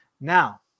Now